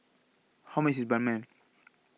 How much IS Ban Mian